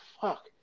Fuck